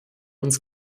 uns